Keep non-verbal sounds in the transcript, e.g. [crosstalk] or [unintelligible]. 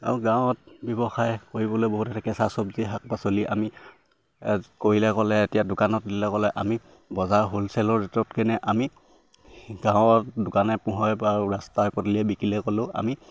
আৰু গাঁৱত ব্যৱসায় কৰিবলৈ বহুত এটা কেঁচা চব্জি শাক পাচলি আমি কৰিলে ক'লে এতিয়া দোকানত [unintelligible] ক'লে আমি বজাৰ হ'লচেলৰ ৰেটত কেনে আমি গাঁৱৰ দোকানে পোহাৰে বা ৰাস্তাই পদূলিয়ে বিকিলে ক'লেও আমি